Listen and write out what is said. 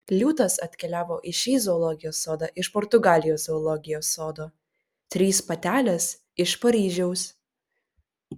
liūtas atkeliavo į šį zoologijos sodą iš portugalijos zoologijos sodo trys patelės iš paryžiaus